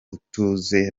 ituze